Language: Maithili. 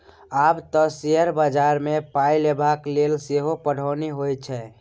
आब तँ शेयर बजारमे पाय लगेबाक लेल सेहो पढ़ौनी होए छै